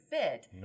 fit